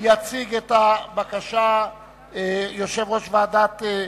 התשס"ח 2008. יציג את הבקשה יושב-ראש ועדת הכנסת,